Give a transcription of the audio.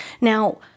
Now